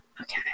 okay